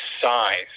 size